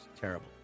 terrible